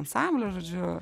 ansamblio žodžiu